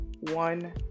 one